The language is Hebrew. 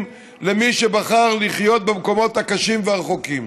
למי שבחר לחיות במקומות הקשים והרחוקים.